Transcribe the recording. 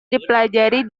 dipelajari